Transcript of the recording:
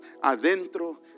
adentro